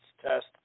test